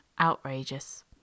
outrageous